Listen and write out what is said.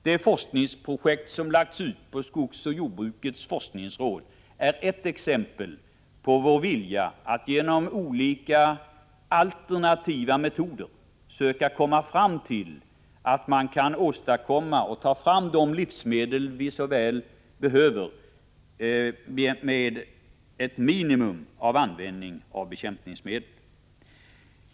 Det forskningsprojekt som lagts ut på skogsoch jordbrukets forskningsråd är ett exempel på vår vilja att genom olika alternativa metoder söka komma fram till att man, med ett minimum av bekämpningsmedel, kan ta fram de livsmedel vi så väl behöver.